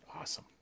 Awesome